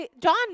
John